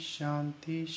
Shanti